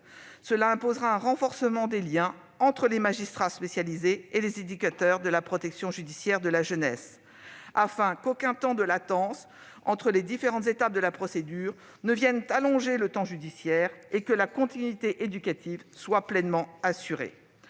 Cela imposera un renforcement des liens entre magistrats spécialisés et éducateurs de la protection judiciaire de la jeunesse, afin qu'aucun temps de latence entre les différentes étapes de la procédure ne vienne allonger le temps judiciaire et que la continuité éducative soit pleinement assurée.